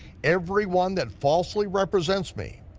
everyone that falsely represents me,